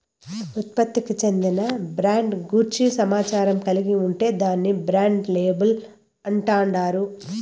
ఉత్పత్తికి చెందిన బ్రాండ్ గూర్చి సమాచారం కలిగి ఉంటే దాన్ని బ్రాండ్ లేబుల్ అంటాండారు